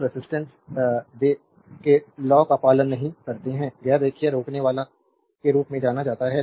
तो रेजिस्टेंस वे they के लॉ का पालन नहीं करते हैं गैर रेखीय रोकनेवाला के रूप में जाना जाता है